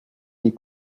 les